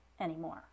anymore